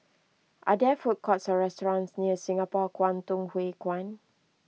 are there food courts or restaurants near Singapore Kwangtung Hui Kuan